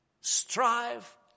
strive